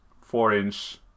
four-inch